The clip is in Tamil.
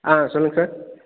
ஆ சொல்லுங்கள் சார்